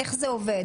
איך זה עובד?